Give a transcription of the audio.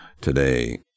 today